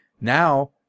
now